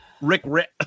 Rick